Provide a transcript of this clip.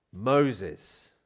Moses